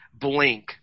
blink